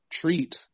treat